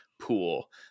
pool